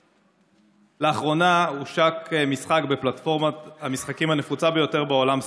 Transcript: לאחרונה הושק משחק בפלטפורמת המשחקים הנפוצה ביותר בעולם,